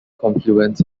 confluence